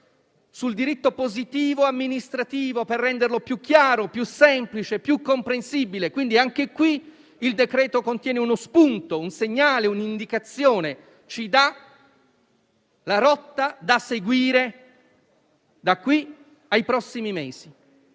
sul diritto positivo amministrativo per renderlo più chiaro, più semplice, più comprensibile; anche su questo fronte il decreto-legge contiene uno spunto, un segnale, un'indicazione; ci dà la rotta da seguire da qui ai prossimi mesi.